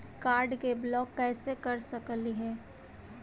Card के block कैसे कर सकली हे?